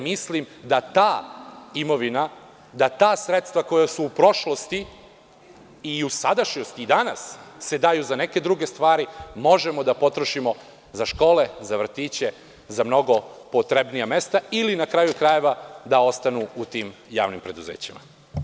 Mislim da ta imovina, da ta sredstva koja su u prošlosti i u sadašnjosti i danas se daju za neke druge stvari, možemo da potrošimo za škole, za vrtiće, za mnogo potrebnija mesta, ili, na kraju krajeva, da ostanu u tim javnim preduzećima.